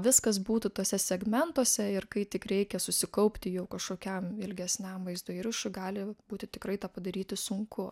viskas būtų tuose segmentuose ir kai tik reikia susikaupti jau kažkokiam ilgesniam vaizdo įrašui gali būti tikrai tą padaryti sunku